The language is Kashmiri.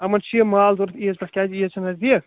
یِمَن یہِ چھُ مال ضروٗرت عیٖد پٮ۪ٹھ کیازِ عیٖد چھِ نزدیٖک